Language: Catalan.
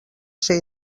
ser